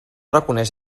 reconeix